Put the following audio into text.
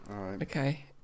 Okay